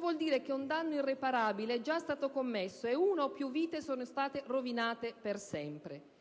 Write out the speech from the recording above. vuol dire che un danno irreparabile è stato commesso e una o più vite sono state rovinate per sempre.